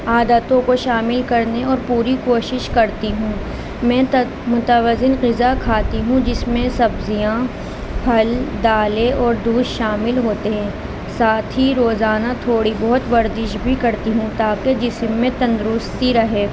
عادتوں کو شامل کرنے اور پوری کوشش کرتی ہوں میں متوزن غذا کھاتی ہوں جس میں سبزیاں پھل دالیں اور دودھ شامل ہوتے ہیں ساتھ ہی روزانہ تھوڑی بہت ورزش بھی کرتی ہوں تا کہ جسم میں تندرستی رہے